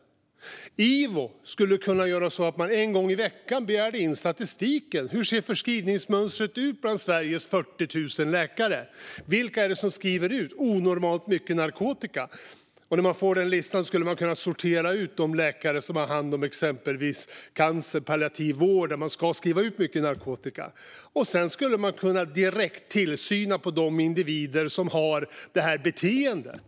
Man skulle kunna tänka sig att Ivo skulle kunna begära in statistik en gång i veckan. Hur ser förskrivningsmönstret ut bland Sveriges 40 000 läkare? Vilka är det som skriver ut onormalt mycket narkotika? Och när man får den listan skulle man kunna sortera ut de läkare som har hand om exempelvis palliativ vård av cancerpatienter, där man ska skriva ut mycket narkotika. Sedan skulle man direkt kunna ha tillsyn över de individer som har detta beteende.